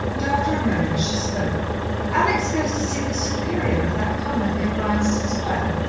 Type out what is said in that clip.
and after a moment she spoke alex goes to see the superior of that convent near bryanston square.